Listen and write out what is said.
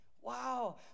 Wow